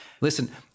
Listen